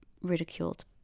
ridiculed